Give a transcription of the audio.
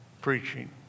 preaching